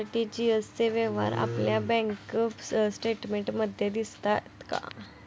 RTGS चे व्यवहार आपल्या बँक स्टेटमेंटमध्ये दिसतात का?